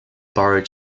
borrowed